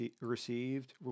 received